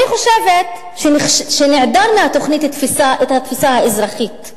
אני חושבת שנעדרת מהתוכנית התפיסה האזרחית,